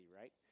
right